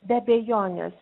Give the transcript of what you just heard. be abejonės